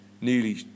nearly